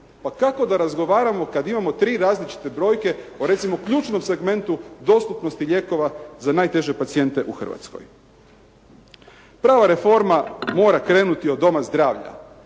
Pa kako da razgovaramo kad imamo 3 različite brojke o recimo ključnom segmentu dostupnosti lijekova za najteže pacijente u Hrvatskoj. Prava reforma mora krenuti od doma zdravlja.